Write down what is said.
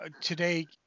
today